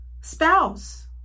spouse